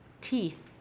Teeth